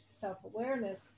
self-awareness